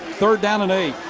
third down and eight.